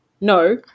no